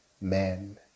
men